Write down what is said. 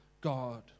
God